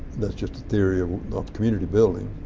that's just a theory of of community building.